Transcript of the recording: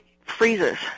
freezes